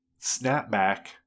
snapback